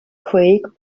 creek